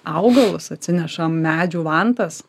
augalus atsinešam medžių vantas